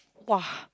!wah!